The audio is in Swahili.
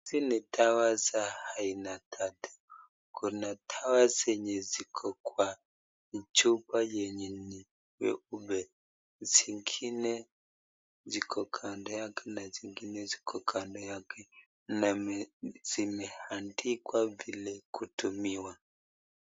Hizi ni dawa za haina tatu, kuna dawa zenye ziko kwa chupa nyenye, zingine ziko kando yake na zingine ziko na zimeandikwa vile kutumiwa.